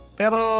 pero